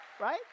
right